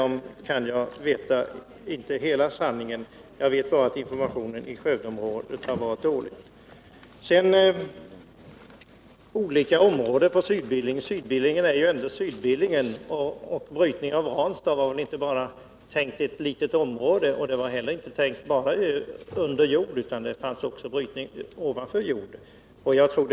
Om det vet jag inte hela sanningen, men jag vet att informationen i Skövdeområdet har varit dålig. Södra Billingen är ju ändå södra Billingen, och uranbrytningen skulle väl inte ske bara inom ett litet område. Det var inte heller tänkt att brytningen skulle ske bara under jord utan också i dagbrott.